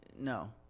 No